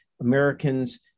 Americans